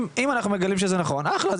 אם אנחנו מגלים שזה נכון, אז אחלה.